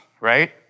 right